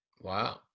Wow